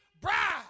bride